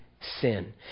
sin